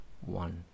One